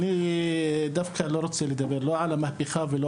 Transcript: אני דווקא לא רוצה לדבר על רפורמה או על מהפכה.